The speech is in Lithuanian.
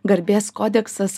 garbės kodeksas